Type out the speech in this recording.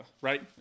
Right